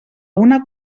una